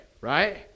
right